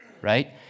right